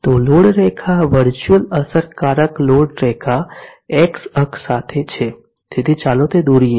તો લોડ રેખા વર્ચુઅલ અસરકારક લોડ રેખા x અક્ષ સાથે છે તેથી ચાલો તે દોરીએ